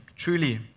Truly